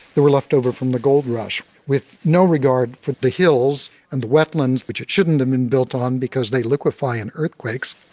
were leftover from the gold rush with no regard for the hills and the wetlands, which it shouldn't have been built on because they liquefy in earthquakes.